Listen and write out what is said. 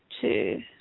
two